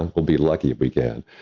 and we'll be lucky if we can.